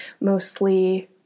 mostly